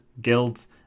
guilds